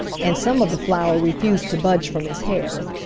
and some of the flour refused to budge from his hair.